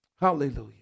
Hallelujah